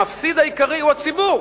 המפסיד העיקרי הוא הציבור,